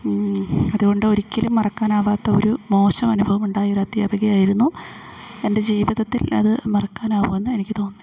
അതുകൊണ്ട് ഒരിക്കലും മറക്കാനാവാത്ത ഒരു മോശം അനുഭവം ഉണ്ടായൊരധ്യാപകയായിരുന്നു എൻ്റെ ജീവിതത്തിൽ അത് മറക്കാനാവുമെന്ന് എനിക്കു തോന്നുന്നില്ല